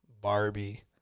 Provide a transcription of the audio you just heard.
barbie